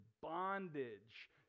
bondage